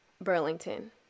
Burlington